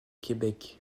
québec